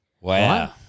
Wow